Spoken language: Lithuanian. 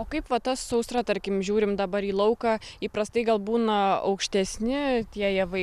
o kaip va ta sausra tarkim žiūrim dabar į lauką įprastai gal būna aukštesni tie javai